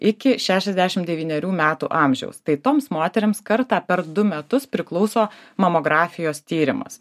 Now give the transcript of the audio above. iki šešiasdešim devynerių metų amžiaus tai toms moterims kartą per du metus priklauso mamografijos tyrimas